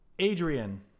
Adrian